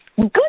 Good